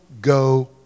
go